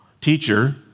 teacher